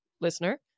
listener